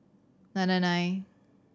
nine nine nine